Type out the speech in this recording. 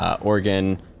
Oregon